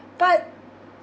but